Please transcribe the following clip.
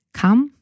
come